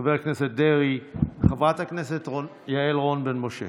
חבר הכנסת דרעי, חברת הכנסת יעל רון בן משה,